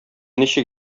ничек